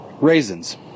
raisins